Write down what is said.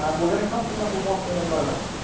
um we're going to come to number one in a moment.